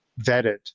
vetted